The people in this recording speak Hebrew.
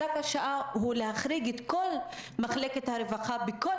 צו השעה הוא להחריג את כל מחלקת הרווחה בכל